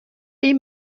این